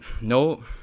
No